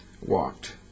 walked